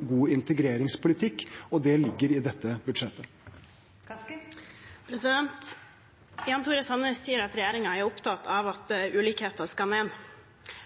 god integreringspolitikk, og det ligger i dette budsjettet. Jan Tore Sanner sier at regjeringen er opptatt av at ulikheten skal ned,